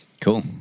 Cool